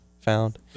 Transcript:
found